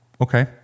okay